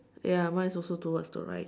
ya mine is also towards the right